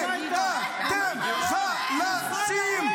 ואתם חלשים.